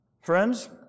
Friends